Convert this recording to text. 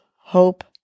hope